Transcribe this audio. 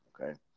okay